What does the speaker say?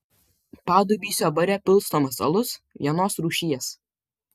padubysio bare pilstomas alus vienos rūšies